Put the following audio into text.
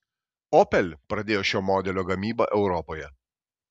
opel pradėjo šio modelio gamybą europoje